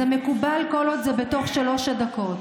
זה מקובל כל עוד זה בתוך שלוש הדקות.